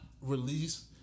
release